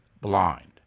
blind